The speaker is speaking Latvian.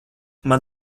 man